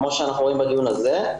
כמו שאנחנו רואים בדיון הזה,